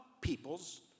peoples